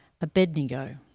Abednego